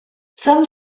some